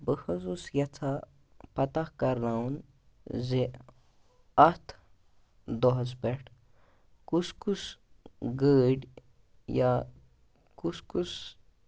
بہٕ حظ اوس یَژھان پَتہ کَرناوُن زِ اَتھ دۄہَس پٮ۪ٹھ کُس کُس گٲڑۍ یا کُس کُس